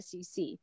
SEC